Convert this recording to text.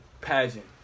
pageant